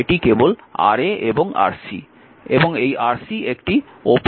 এটি কেবল Ra এবং Rc এখানে এই Rc এটি খোলা